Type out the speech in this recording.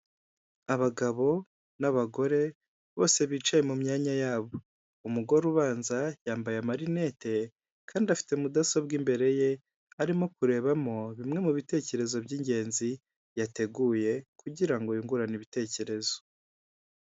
Abagabo n'abagore bose bicaye mu myanya yabo, umugore ubanza yambaye amarinete kandi afite mudasobwa imbere ye, arimo kurebamo bimwe mu bitekerezo by'ingenzi yateguye kugira ngo yungurane ibitekerezo.